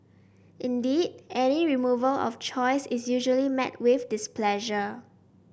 indeed any removal of choice is usually met with displeasure